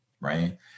right